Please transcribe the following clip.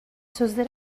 sözleri